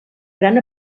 gran